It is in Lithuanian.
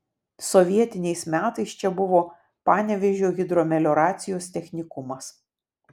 sovietiniais metais čia buvo panevėžio hidromelioracijos technikumas